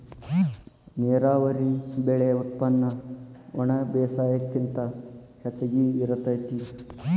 ನೇರಾವರಿ ಬೆಳೆ ಉತ್ಪನ್ನ ಒಣಬೇಸಾಯಕ್ಕಿಂತ ಹೆಚಗಿ ಇರತತಿ